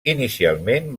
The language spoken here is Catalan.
inicialment